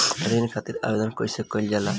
ऋण खातिर आवेदन कैसे कयील जाला?